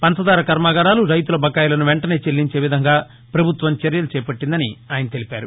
పంచదార కర్మాగారాలు రైతుల బకాయిలను వెంటనే చెల్లించే విధంగా పభుత్వం చర్యలు చేపట్టినట్లు ఆయన తెలిపారు